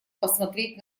посмотреть